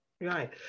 Right